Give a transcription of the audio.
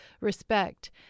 respect